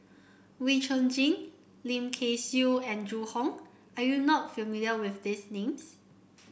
Wee Chong Jin Lim Kay Siu and Zhu Hong are you not familiar with these names